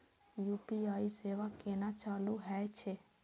UPI सेवा केना चालू है छै?